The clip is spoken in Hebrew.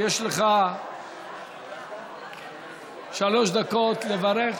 יש לך שלוש דקות לברך.